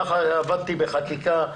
ככה עבדתי בחקיקה.